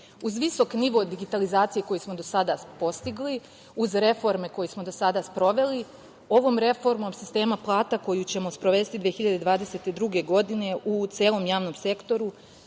visok nivo digitalizacije koji smo do sada postigli, uz reforme koje smo do sada sproveli, ovom reformom sistema plata koju ćemo sprovesti 2022. godine u celom javnom sektoru,